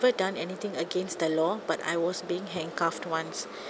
never done anything against the law but I was being handcuffed once